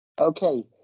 Okay